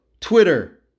Twitter